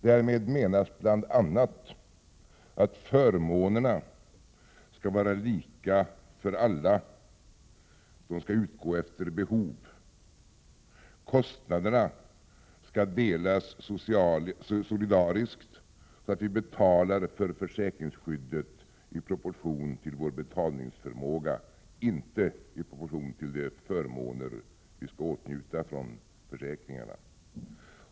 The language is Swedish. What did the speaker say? Därmed menas bl, a. att förmånerna skall vara lika för alla. De skall utgå efter behov. Kostnaderna skall delas solidariskt så att vi betalar för försäkringsskyddet i proportion till vår betalningsförmåga, och inte i proportion till de förmåner som vi skall åtnjuta från försäkringarna.